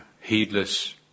heedless